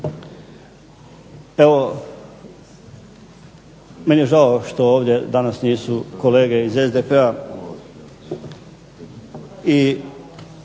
Evo, meni je žao što ovdje danas nisu kolege iz SDP-a